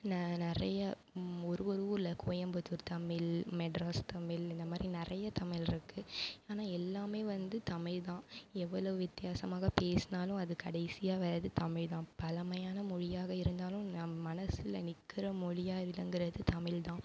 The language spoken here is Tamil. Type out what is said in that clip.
ந நிறையா ஒரு ஒரு ஊரில் கோயம்புத்தூர் தமிழ் மெட்ராஸ் தமிழ் இந்த மாதிரி நிறையா தமிழிருக்கு ஆனால் எல்லாமே வந்து தமிழ்தான் எவ்வளவு வித்தியாசமாக பேசினாலும் அது கடைசியாக வரது தமிழ்தான் பழமையான மொழியாக இருந்தாலும் நம் மனதில் நிற்கிற மொழியாக விளங்கறது தமிழ்தான்